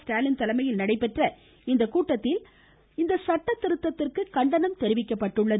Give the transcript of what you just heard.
ஸ்டாலின் தலைமையில் நடைபெற்ற கூட்டத்தில் இந்த சட்டத் திருத்தத்திற்கு கண்டனம் தெரிவிக்கப்பட்டள்ளது